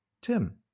Tim